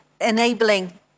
enabling